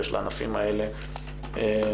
ושל הענפים האלה לצמוח.